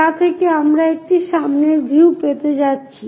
যা থেকে আমরা একটি সামনের ভিউ পেতে যাচ্ছি